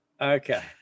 Okay